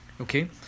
okay